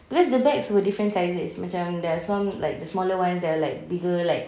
because the bags were different sizes macam there are some like the smaller ones there are like bigger like